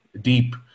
deep